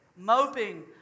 Moping